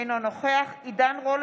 אינו נוכח עידן רול,